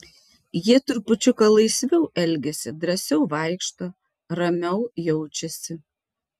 jie trupučiuką laisviau elgiasi drąsiau vaikšto ramiau jaučiasi